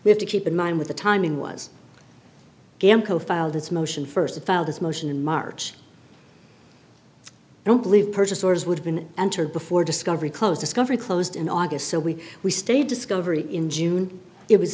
we have to keep in mind with the timing was filed its motion st filed this motion in march i don't believe purchase orders would have been entered before discovery closed discovery closed in august so we we stayed discovery in june it was